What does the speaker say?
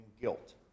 guilt